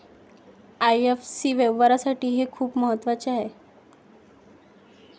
IFSC व्यवहारासाठी हे खूप महत्वाचे आहे